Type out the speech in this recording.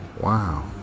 Wow